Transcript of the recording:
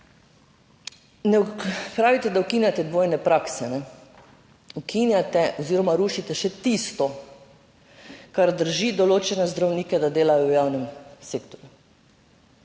Pravite, da ukinjate dvojne prakse. Ukinjate oziroma rušite še tisto, kar drži določene zdravnike, da delajo v javnem sektorju.